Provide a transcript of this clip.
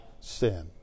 sin